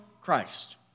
Christ